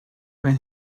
when